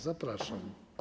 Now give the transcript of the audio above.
Zapraszam.